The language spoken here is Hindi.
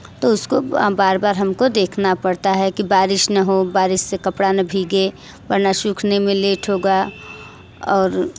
तो उसको बार बार हमको देखना पड़ता है की बारिश न हो बारिश से कपड़ा न भीगे वरना सूखने में लेट होगा और